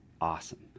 awesome